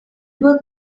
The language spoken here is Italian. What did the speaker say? due